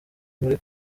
muri